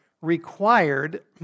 required